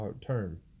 term